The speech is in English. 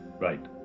Right